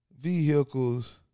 vehicles